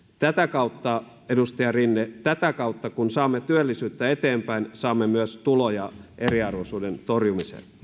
tätä kautta edustaja rinne tätä kautta kun saamme työllisyyttä eteenpäin saamme myös tuloja eriarvoisuuden torjumiseen